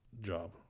job